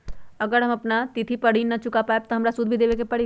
अगर हम अपना तिथि पर ऋण न चुका पायेबे त हमरा सूद भी देबे के परि?